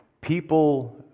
people